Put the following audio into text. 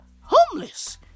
Homeless